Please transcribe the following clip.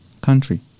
country